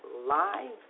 live